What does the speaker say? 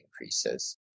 increases